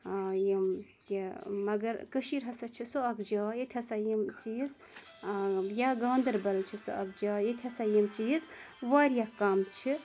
یِم یہِ مَگر کٔشیٖر ہَسا چھِ سۄ اَکھ جاے ییٚتہِ ہَسا یِم چیٖز یا گاندَربَل چھِ سۄ اَکھ جاے ییٚتہِ ہَسا یِم چیٖز واریاہ کم چھِ